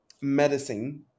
medicine